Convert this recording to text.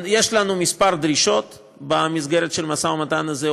יש לנו כמה דרישות במסגרת המשא ומתן הזה,